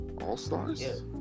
All-Stars